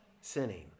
sinning